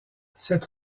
cette